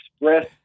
express